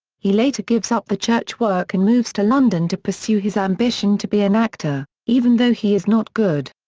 he later gives up the church work and moves to london to pursue his ambition to be an actor, even though he is not good.